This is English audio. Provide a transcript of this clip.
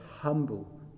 humble